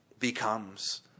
becomes